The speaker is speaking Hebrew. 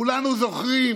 כולנו זוכרים